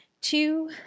two